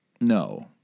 No